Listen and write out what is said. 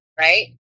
right